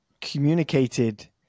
communicated